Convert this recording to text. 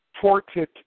ported